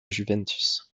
juventus